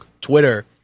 Twitter